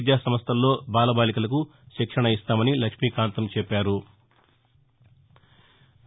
విద్యాసంస్టల్లో బాలబాలికలకు శిక్షణ ఇస్తామని లక్ష్మీకాంతం చెప్పారు